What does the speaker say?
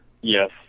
Yes